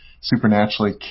supernaturally